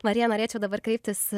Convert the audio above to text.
marija norėčiau dabar kreiptis